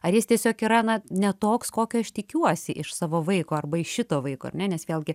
ar jis tiesiog yra na ne toks kokio aš tikiuosi iš savo vaiko arba iš šito vaiko ar ne nes vėlgi